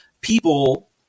people